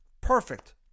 Perfect